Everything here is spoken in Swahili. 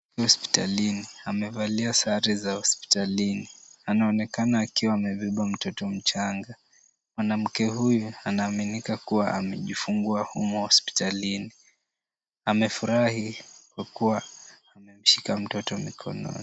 Hospitalini, amevalia sare za hospitalini. Anaonekana akiwa amebeba mtoto mchanga. Mwanamke huyu anaaminika kuwa amejifungua humo hospitalini. Amefurahi kwa kuwa ameshika mtoto mikononi.